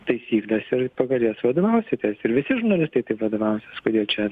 taisykles ir pagal jas vadovausitės ir visi žurnalistai taip vadovausis kažkodėl čia